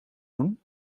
doen